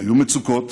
היו מצוקות,